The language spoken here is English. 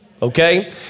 Okay